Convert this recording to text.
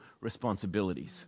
responsibilities